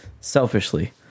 Selfishly